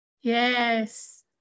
Yes